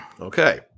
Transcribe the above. Okay